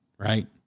Right